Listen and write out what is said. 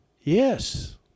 Yes